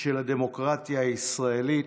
של הדמוקרטיה הישראלית.